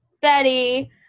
Betty